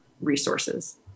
resources